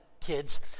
kids